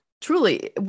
truly